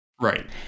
Right